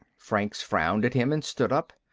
franks frowned at him and stood up.